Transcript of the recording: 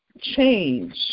change